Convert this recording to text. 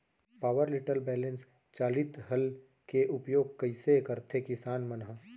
Power tiller balance चालित हल के उपयोग कइसे करथें किसान मन ह?